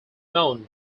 known